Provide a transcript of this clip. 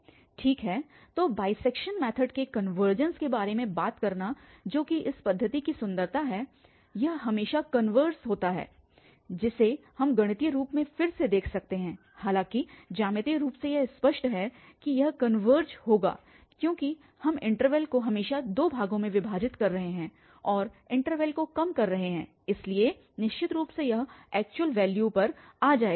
ठीक है तो बाइसेक्शन मैथड के कनवर्जेंस के बारे में बात करना जो कि इस पद्धति की सुंदरता है यह हमेशा कनवर्जस करता है जिसे हम गणितीय रूप से फिर से देख सकते हैं हालांकि ज्यामितीय रूप से यह स्पष्ट है कि यह कनवर्ज होगा क्योंकि हम इन्टरवल को हमेशा दो भागों में विभाजित कर रहे हैं और इन्टरवल को कम कर रहे हैं इसलिए निश्चित रूप से यह ऐक्चुअल वैल्यू पर जाएगा